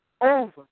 over